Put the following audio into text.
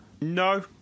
no